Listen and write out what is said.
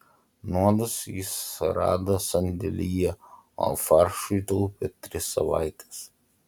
nuodus jis rado sandėlyje o faršui taupė tris savaites